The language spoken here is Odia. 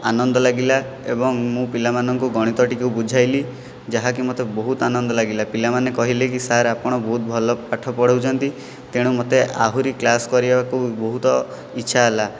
ଆନନ୍ଦ ଲାଗିଲା ଏବଂ ମୁଁ ପିଲାମାନଙ୍କୁ ଗଣିତ ଟିକିଏ ବୁଝାଇଲି ଯାହାକି ମୋତେ ବହୁତ ଆନନ୍ଦ ଲାଗିଲା ପିଲାମାନେ କହିଲେକି ସାର୍ ଆପଣ ବହୁତ ଭଲ ପାଠ ପଢ଼ଉଛନ୍ତି ତେଣୁ ମୋତେ ଆହୁରି କ୍ଳାସ୍ କରିବାକୁ ବହୁତ ଇଚ୍ଛା ହେଲା